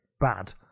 bad